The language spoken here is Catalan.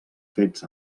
fets